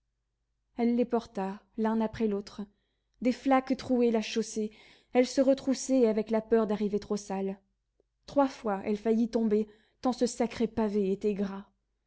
elle les porta l'un après l'autre des flaques trouaient la chaussée elle se retroussait avec la peur d'arriver trop sale trois fois elle faillit tomber tant ce sacré pavé était gras